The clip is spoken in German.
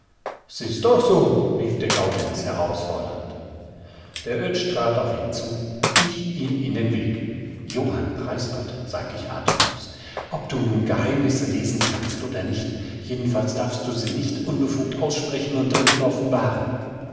gesicht is auch so rief der gaudenz herausfordernd der oetsch trat auf ihn zu ich ihm in den weg johann preisgott sag ich atemlos ob du nun geheimnisse lesen kannst oder nicht jedenfalls darfst du sie nicht unbefugt aussprechen und dritten offenbaren